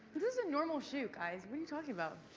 this is a normal shoot, guys. what are you talking about?